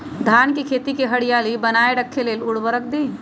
धान के खेती की हरियाली बनाय रख लेल उवर्रक दी?